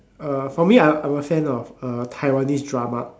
uh for me I I'm a fan of a Taiwanese drama